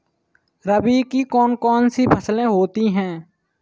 रबी की कौन कौन सी फसलें होती हैं?